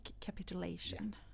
capitulation